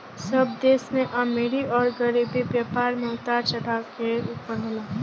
सब देश में अमीरी अउर गरीबी, व्यापार मे उतार चढ़ाव के ऊपर होला